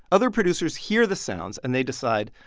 other producers hear the sounds. and they decide,